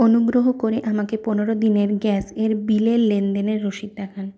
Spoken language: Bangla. অনুগ্রহ করে আমাকে পনেরো দিনের গ্যাসের বিলের লেনদেনের রসিদ দেখান